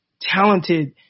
talented